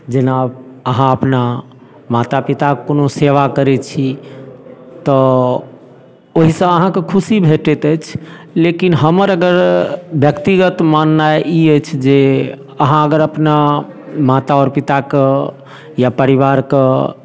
जेना अहाँ अपना माता पिता कऽ कोनो सेवा करैत छी तऽ ओहिसँ अहाँकेँ खुशी भेटैत अछि लेकिन हमर अगर व्यक्तिगत माननाइ ई अछि जे अहाँ अगर अपना माता आओर पिता कऽ या परिवार कऽ